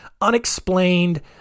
unexplained